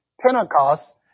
Pentecost